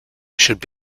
should